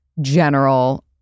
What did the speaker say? general